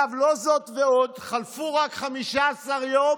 זאת ועוד, חלפו רק 15 יום,